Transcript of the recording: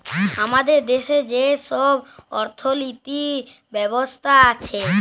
আমাদের দ্যাশে যে ছব অথ্থলিতি ব্যবস্থা আছে